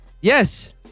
Yes